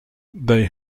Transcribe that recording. they